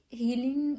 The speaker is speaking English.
healing